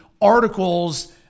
articles